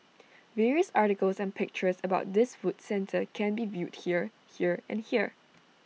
various articles and pictures about this food centre can be viewed here here and here